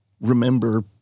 remember